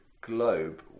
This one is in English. Globe